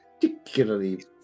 particularly